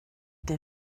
der